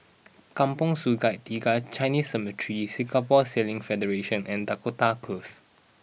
Kampong Sungai Tiga Chinese Cemetery Singapore Sailing Federation and Dakota Close